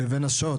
לבין השעות,